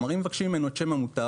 כלומר, אם מבקשים ממנו את שם המוטב,